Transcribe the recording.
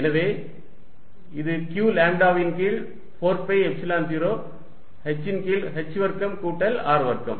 எனவே இது q லாம்ப்டாவின் கீழ் 4 பை எப்சிலன் 0 h ன் கீழ் h வர்க்கம் கூட்டல் R வர்க்கம்